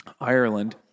Ireland